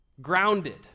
grounded